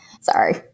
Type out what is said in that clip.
Sorry